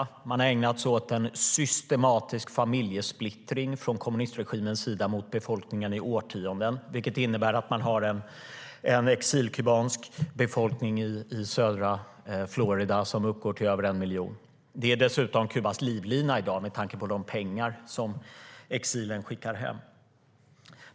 Kommunistregimen har ägnat sig åt en systematisk familjesplittring gentemot befolkningen i årtionden. Det innebär att man har en exilkubansk befolkning i södra Florida som uppgår till över 1 miljon. Exilkubanerna är dessutom Kubas livlina i dag, med tanke på de pengar de skickar hem.